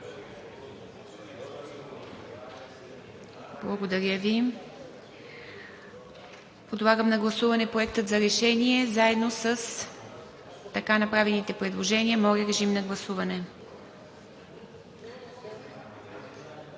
Благодаря Ви. Подлагам на гласуване Проекта за решение заедно с така направените предложения. Гласували